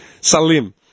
Salim